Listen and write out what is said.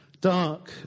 Dark